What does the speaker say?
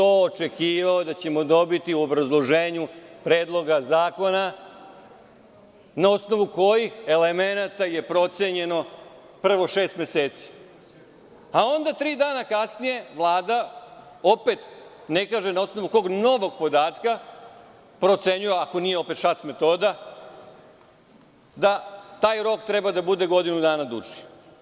Očekivao sam da ćemo to dobiti u obrazloženju Predloga zakona na osnovu kojih elemenata je procenjeno, prvo šest meseci, a onda tri dana kasnije Vlada, opet ne kaže na osnovu kog novog podatka, procenjuje, ako opet nije šac metoda, da taj rok treba da bude godinu dana duži.